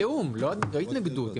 בתיאום, לא התנגדות.